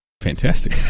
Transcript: Fantastic